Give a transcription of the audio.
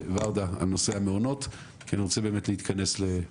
ורדה, על נושא המעונות, כי אני רוצה להתכנס לסיום.